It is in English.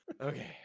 Okay